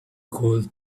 could